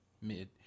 Mid